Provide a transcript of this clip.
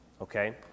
okay